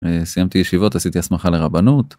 סיימתי ישיבות, עשיתי הסמכה לרבנות.